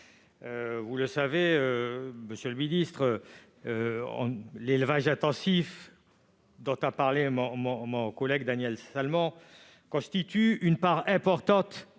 Vous le savez, monsieur le ministre, l'élevage intensif évoqué par mon collègue Daniel Salmon constitue une part importante des